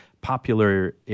popular